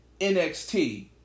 NXT